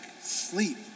sleep